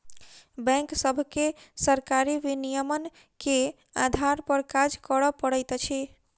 bank सभके सरकारी विनियमन के आधार पर काज करअ पड़ैत अछि